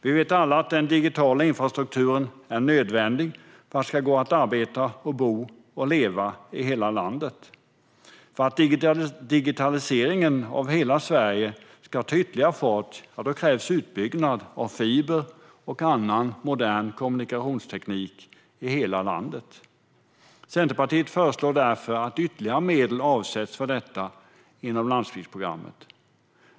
Vi vet alla att den digitala infrastrukturen är nödvändig för att det ska gå att arbeta, bo och leva i hela landet. För att digitaliseringen av hela Sverige ska ta ytterligare fart krävs utbyggnad av fiber och annan modern kommunikationsteknik i hela landet. Centerpartiet föreslår därför att ytterligare medel avsätts för detta inom landsbygdsprogrammet.